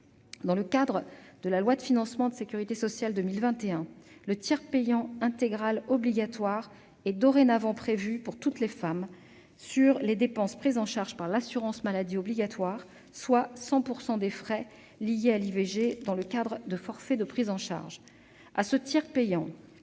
Dans le cadre de la loi de financement de la sécurité sociale pour 2021, le tiers payant intégral obligatoire est dorénavant prévu pour toutes les femmes sur les dépenses prises en charge par l'assurance maladie obligatoire, soit 100 % des frais liés à l'IVG, dans le cadre de forfaits de prise en charge.